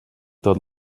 tot